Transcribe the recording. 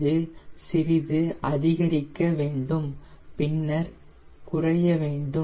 இது சிறிது அதிகரிக்க வேண்டும் பின்னர் குறைய வேண்டும்